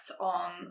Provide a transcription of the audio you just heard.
on